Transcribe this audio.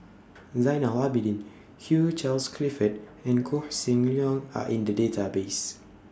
Zainal Abidin Hugh Charles Clifford and Koh Seng Leong Are in The Database